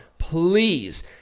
Please